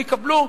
יקבלו",